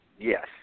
Yes